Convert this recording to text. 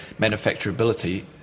manufacturability